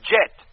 Jet